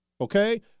Okay